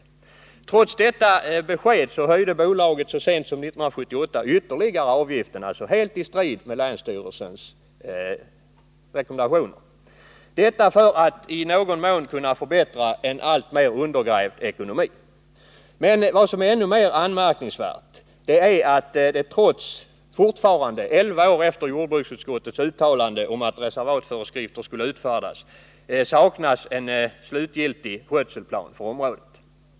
Och trots detta besked höjde bolaget så sent som 1978 avgiften ytterligare, helt i strid med länsstyrelsens rekommendationer. Detta skedde för att man i någon mån skulle kunna förbättra en alltmer undergrävd ekonomi. Ännu mer anmärkningsvärt är att det fortfarande, elva år efter jordbruksutskottets uttalande om att reservatföreskrifter skulle utfärdas, saknas en slutgiltig skötselplan för området.